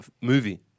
Movie